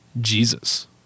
Jesus